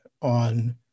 on